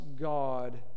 God